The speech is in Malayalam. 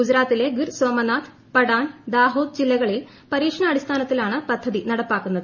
ഗുജറാത്തിലെ ഗിർ സോമനാഥ് പടാൻ ദാഹോദ് ജില്ലകളിൽ പരീക്ഷണാടിസ്ഥാനത്തിലാണ് പദ്ധതി നടപ്പാക്കുന്നത്